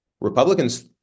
Republicans